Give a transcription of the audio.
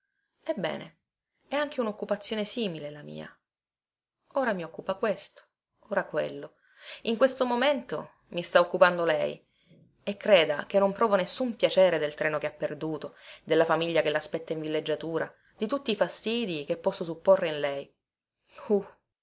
ebbene è anche unoccupazione simile la mia ora mi occupa questo ora quello in questo momento mi sta occupando lei e creda che non provo nessun piacere del treno che ha perduto della famiglia che laspetta in villeggiatura di tutti i fastidii che posso supporre in lei uh